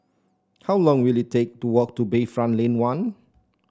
how long will it take to walk to Bayfront Lane One